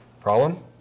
Problem